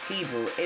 Hebrew